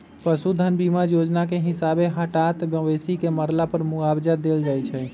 पशु धन बीमा जोजना के हिसाबे हटात मवेशी के मरला पर मुआवजा देल जाइ छइ